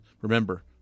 remember